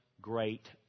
great